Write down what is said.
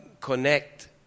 connect